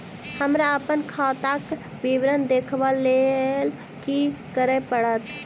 हमरा अप्पन खाताक विवरण देखबा लेल की करऽ पड़त?